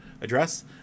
address